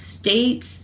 States